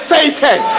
Satan